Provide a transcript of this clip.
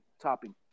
topping